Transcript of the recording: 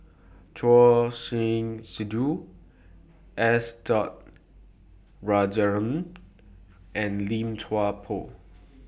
Choor Singh Sidhu S Dot Rajaratnam and Lim Chuan Poh